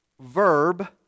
verb